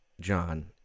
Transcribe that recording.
John